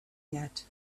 yet